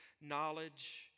knowledge